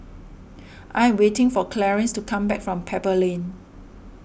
I am waiting for Clarence to come back from Pebble Lane